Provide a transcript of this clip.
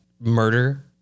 murder